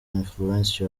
influence